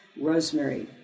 Rosemary